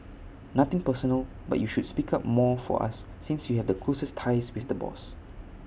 nothing personal but you should speak up more for us since you have the closest ties with the boss